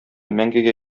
мәңгегә